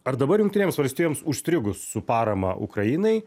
ar dabar jungtinėms valstijoms užstrigus su parama ukrainai